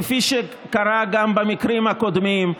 כפי שקרה גם במקרים הקודמים,